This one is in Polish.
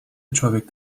człowiek